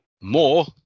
more